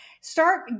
start